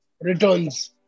returns